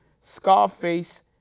Scarface